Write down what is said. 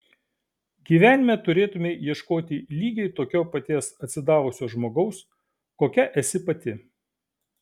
gyvenime turėtumei ieškoti lygiai tokio paties atsidavusio žmogaus kokia esi pati